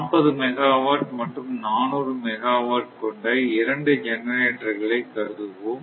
40 megawatt மற்றும் 400 megawatt கொண்ட இரண்டு ஜெனரேட்டர்களை கருதுவோம்